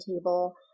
table